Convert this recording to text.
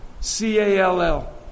C-A-L-L